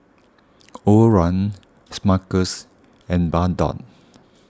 Overrun Smuckers and Bardot